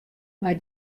mei